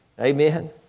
Amen